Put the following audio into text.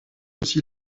aussi